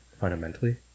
fundamentally